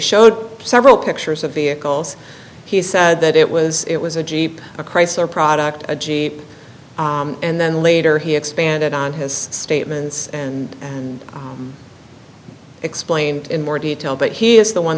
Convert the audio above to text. showed several pictures of vehicles he said that it was it was a jeep a chrysler product a jeep and then later he expanded on his statements and explained in more detail but he is the one